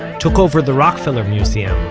took over the rockefeller museum.